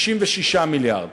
66 מיליארד.